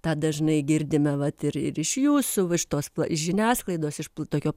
tą dažnai girdime vat ir ir iš jūsų iš tos žiniasklaidos iš tokio